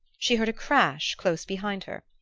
she heard a crash close behind her,